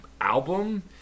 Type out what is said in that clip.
album